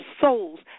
souls